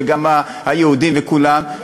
וגם היהודים וכולם.